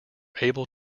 able